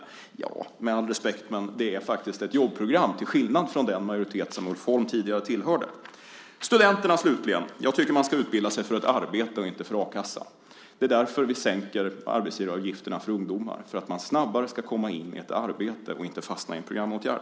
Med all respekt - men det är faktiskt ett jobbprogram till skillnad från den majoritet som Ulf Holm tidigare tillhörde. När det gäller studenterna tycker jag att man ska utbilda sig för ett arbete och inte för a-kassa. Vi sänker arbetsgivaravgifterna för ungdomar för att man snabbare ska komma in i ett arbete och inte fastna i en programåtgärd.